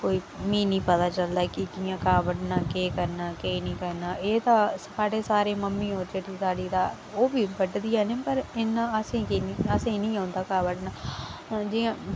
कोई निं पता शता कि'यां घाऽ बड्ढना केह् करना केह् नेईं करना एह् तां साढ़े सारें ओह् प्ही बड्ढदी ऐ पर इन्ना असें ई असें ई नेईँ औंदा बड्ढना जि'यां